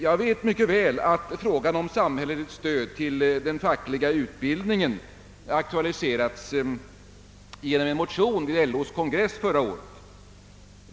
Jag vet mycket väl att frågan om samhälleligt stöd till den fackliga utbildningen aktualiserats i en motion vid LO:s kongress förra året.